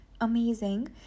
amazing